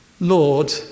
Lord